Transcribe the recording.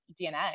DNA